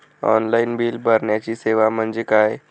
Online bill भरण्याची सेवा म्हणजे काय?